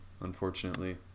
Unfortunately